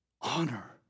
honor